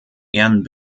ehren